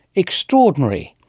extraordinary,